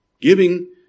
giving